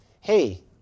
hey